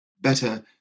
better